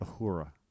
Ahura